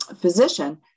physician